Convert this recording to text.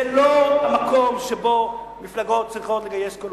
זה לא המקום שבו המפלגות צריכות לגייס קולות.